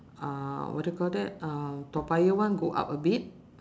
uh what do you called that uh toa payoh one go up a bit